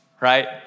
right